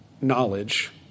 knowledge